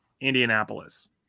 Indianapolis